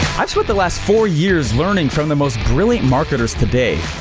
i've spent the last four years learning from the most brilliant marketers today.